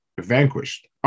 vanquished